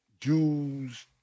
Jews